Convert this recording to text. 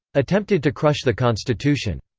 attempted to crush the constitution.